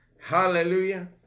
Hallelujah